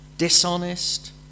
Dishonest